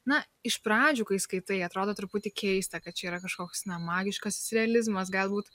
na iš pradžių kai skaitai atrodo truputį keista kad čia yra kažkoks magiškasis realizmas galbūt